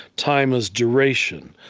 time as duration,